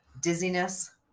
dizziness